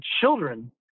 children